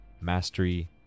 mastery